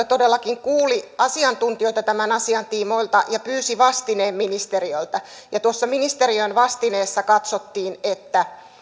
todellakin kuuli asiantuntijoita tämän asian tiimoilta ja pyysi vastineen ministeriöltä tuossa ministeriön vastineessa katsottiin että